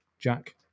Jack